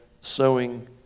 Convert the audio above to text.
sowing